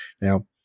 Now